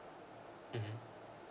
mmhmm